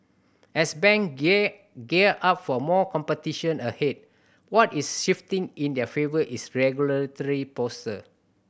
as bank gear gear up for more competition ahead what is shifting in their favour is regulatory posture